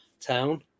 town